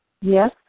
Yes